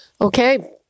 Okay